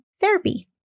therapy